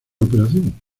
operación